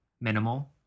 Minimal